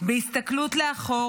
בהסתכלות לאחור,